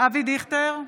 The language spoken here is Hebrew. אבי דיכטר,